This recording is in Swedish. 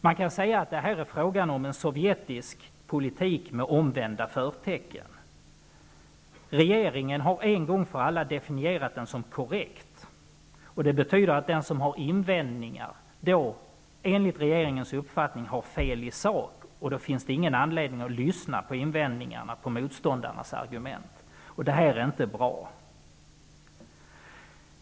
Man kan säga att det här är fråga om en sovjetisk politik med omvända förtecken. Regeringen har en gång för alla definierat den som korrekt, och det betyder att den som har invändningar har fel i sak, enligt regeringens uppfattning, och då finns det ingen anledning att lyssna på invändningarna, på motståndarnas argument. Detta är inte bra.